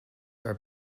are